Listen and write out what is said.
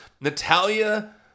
Natalia